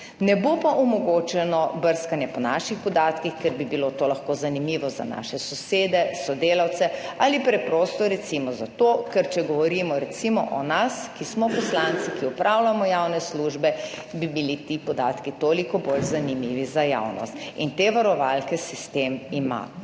Ne bo pa omogočeno brskanje po naših podatkih, 24. TRAK: (DAG) – 12.55 (nadaljevanje) ker bi bilo to lahko zanimivo za naše sosede, sodelavce, ali preprosto zato, ker če govorimo, recimo, o nas, ki smo poslanci, ki opravljamo javne službe, bi bili ti podatki toliko bolj zanimivi za javnost, in te varovalke sistem ima.